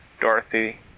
Dorothy